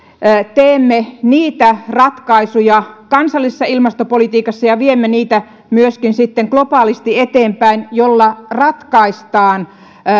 teemme niitä ratkaisuja kansallisessa ilmastopolitiikassa ja viemme niitä myöskin sitten globaalisti eteenpäin joilla ratkaistaan